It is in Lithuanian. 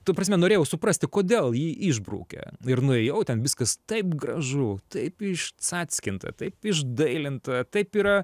ta prasme norėjau suprasti kodėl jį išbraukė ir nuėjau ten viskas taip gražu taip iš cackinta taip išdailinta taip yra